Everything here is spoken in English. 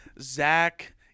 Zach